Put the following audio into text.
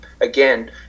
again